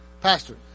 pastor